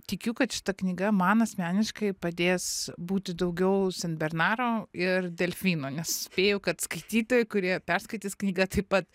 tikiu kad šita knyga man asmeniškai padės būti daugiau senbernaru ir delfinu nes spėju kad skaitytojai kurie perskaitys knygą taip pat